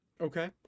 Okay